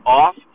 off